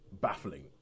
Baffling